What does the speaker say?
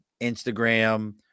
Instagram